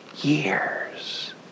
years